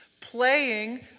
playing